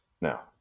now